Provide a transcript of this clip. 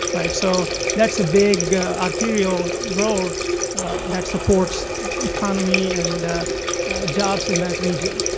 right? so that's a big arterial road that supports economy and jobs in that region.